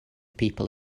people